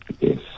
Yes